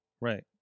Right